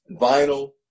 vinyl